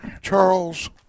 Charles